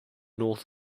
north